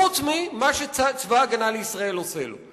חוץ ממה שצבא-הגנה לישראל עושה לו.